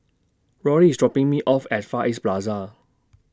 Rollie IS dropping Me off At Far East Plaza